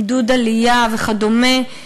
עידוד עלייה וכדומה,